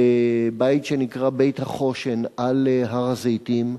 בבית שנקרא "בית החושן" על הר-הזיתים,